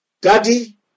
Daddy